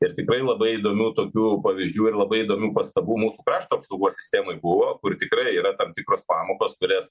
ir tikrai labai įdomių tokių pavyzdžių ir labai įdomių pastabų mūsų krašto apsaugos sistemoj buvo kur tikrai yra tam tikros pamokos kurias